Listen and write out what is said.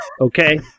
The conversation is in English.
okay